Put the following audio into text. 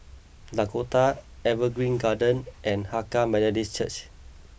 Dakota Evergreen Gardens and Hakka Methodist Church